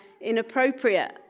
inappropriate